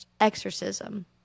exorcism